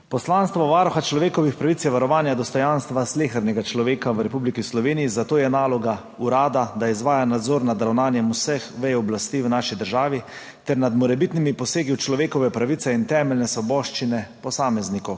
Poslanstvo Varuha človekovih pravic je varovanje dostojanstva slehernega človeka v Republiki Sloveniji, zato je naloga urada, da izvaja nadzor nad ravnanjem vseh vej oblasti v naši državi ter nad morebitnimi posegi v človekove pravice in temeljne svoboščine posameznikov.